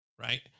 right